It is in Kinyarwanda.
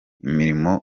imirimo